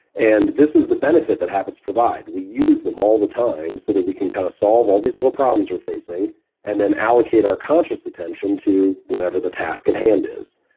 and this is the benefit that habits provide. we use them all the time so that we can kind of solve all these little problems we're facing and then allocate our conscious attention to whatever the task at hand is.